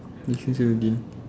sixteen seventeen